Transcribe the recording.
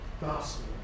Gospel